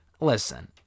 listen